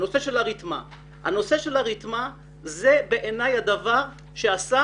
לתת את הרתמה הנושא של הרתמה זה בעיני הדבר שעשה